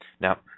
Now